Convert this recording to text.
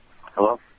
Hello